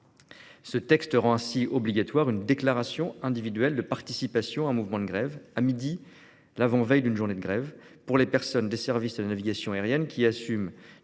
Ce texte rend ainsi obligatoire l'envoi d'une déclaration individuelle de participation au mouvement de grève, au plus tard à midi l'avant-veille d'une journée de grève, pour les agents des services de la navigation aérienne qui assument